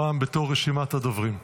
הפעם בתוך רשימת הדוברים.